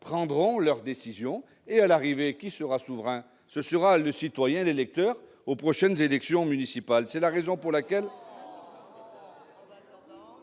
prendront leur décision. À l'arrivée, qui sera souverain ? Le citoyen et l'électeur, lors des prochaines élections municipales ! C'est la raison pour laquelle